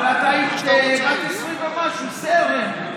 בן 19, אבל את היית בת 20 ומשהו, סרן.